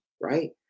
right